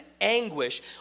anguish